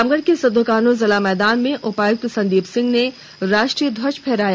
रामगढ़ के सिद्ध कान्ह जिला मैदान में आज उपायुक्त संदीप सिंह ने राष्ट्रीय ध्वज फहराया